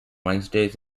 wednesdays